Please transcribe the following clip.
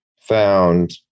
found